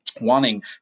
wanting